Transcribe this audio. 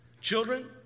children